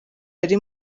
ari